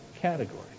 category